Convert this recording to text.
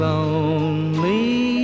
Lonely